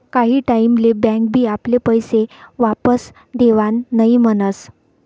काही टाईम ले बँक बी आपले पैशे वापस देवान नई म्हनस